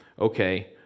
okay